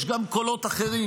יש גם קולות אחרים,